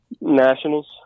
nationals